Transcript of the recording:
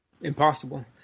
impossible